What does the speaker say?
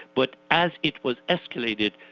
but as it was escalated,